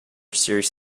serious